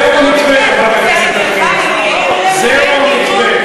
זהו המתווה.